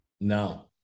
No